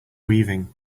weaving